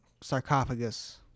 sarcophagus